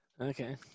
okay